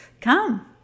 Come